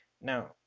Now